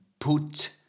put